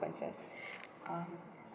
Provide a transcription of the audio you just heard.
consequences um